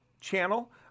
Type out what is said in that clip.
channel